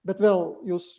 bet vėl jūs